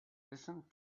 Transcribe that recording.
listen